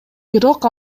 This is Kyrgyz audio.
бирок